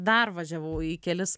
dar važiavau į kelis